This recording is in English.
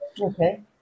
okay